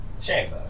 Shame